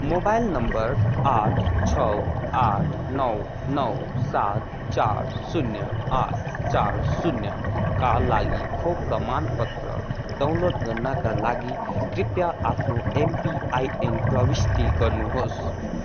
mobile number आठ छ आठ नौ नौ सात चार शून्य आठ चार शून्यका लागि खोप प्रमाण पत्र डाउनलोड गर्नाका लागि कृपया आफ्नो एमपिआइएन प्रविष्टि गर्नु होस्